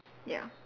ya